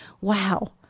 wow